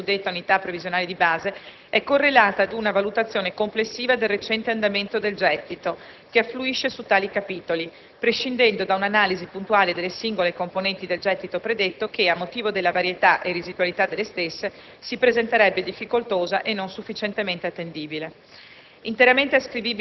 1200, inserito nella suddetta unità previsionale di base, è correlata a una valutazione complessiva del recente andamento del gettito che affluisce su tali capitoli, prescindendo da un'analisi puntuale delle singole componenti del gettito predetto che, a motivo della varietà e residualità delle stesse, si presenterebbe difficoltosa e non sufficientemente attendibile.